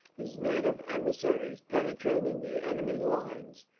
his native emissaries, penetrating the enemy's lines,